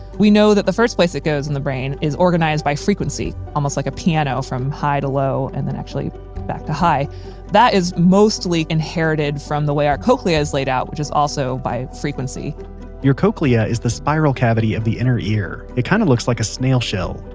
we know that the first place it goes in the brain is organized by frequency, almost like a piano from high to low, and then actually back to high. and that is mostly inherited from the way our cochlea is laid out, which is also by frequency your cochlea is the spiral cavity of the inner ear. it kind of looks like a snail shell.